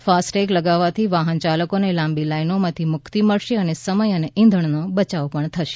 FASTag લગાવવાથી વાહન ચાલકોને લાંબી લાઈનોમાંથી મુક્તિ મળશે અને સમય અને ઈંધણનો બયાવ પણ થશે